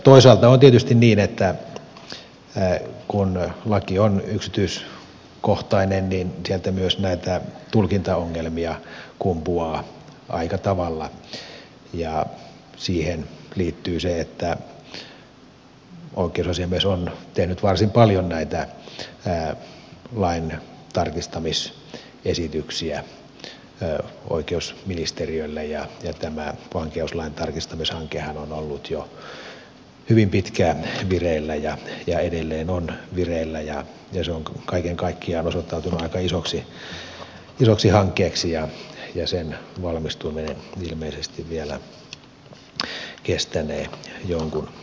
toisaalta on tietysti niin että kun laki on yksityiskohtainen niin sieltä myös näitä tulkintaongelmia kumpuaa aika tavalla ja siihen liittyy se että oikeusasiamies on tehnyt varsin paljon näitä lain tarkistamisesityksiä oikeusministeriölle ja tämä vankeuslain tarkistamishankehan on ollut jo hyvin pitkään vireillä ja edelleen on vireillä ja se on kaiken kaikkiaan osoittautunut aika isoksi hankkeeksi ja sen valmistuminen ilmeisesti vielä kestänee jonkun aikaa